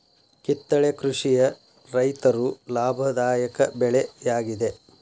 ಕಿತ್ತಳೆ ಕೃಷಿಯ ರೈತರು ಲಾಭದಾಯಕ ಬೆಳೆ ಯಾಗಿದೆ